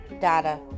data